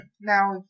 now